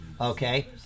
Okay